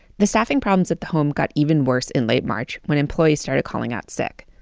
the staffing problems at the home got even worse in late march when employees started calling out sick.